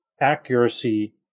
accuracy